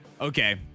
Okay